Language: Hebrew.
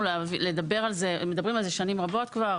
מדברים על זה שנים רבות כבר.